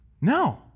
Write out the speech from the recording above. No